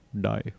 die